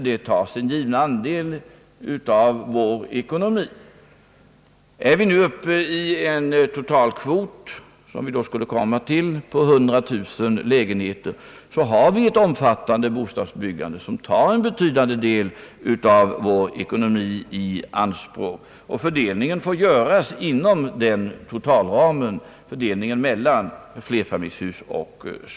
Det tar sin givna del av vår ekonomi. Är vi nu uppe i en totalkvot, som vi då skulle komma till, på 100 000 lägenheter, har vi ju ett omfattande bostadsbyggande, som tar en betydande del av vår ekonomi i anspråk. Fördelningen mellan flerfamiljshus och småhus får göras inom den totalramen.